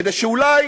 כדי שאולי